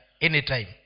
anytime